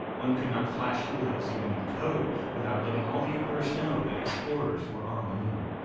one could not flash helios even in code without letting all the universe know that explorers were on the moon.